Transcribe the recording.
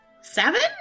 Seven